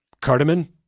cardamom